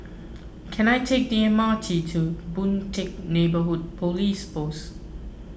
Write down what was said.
can I take the M R T to Boon Teck Neighbourhood Police Post